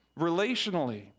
relationally